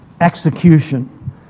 execution